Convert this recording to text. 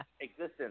existence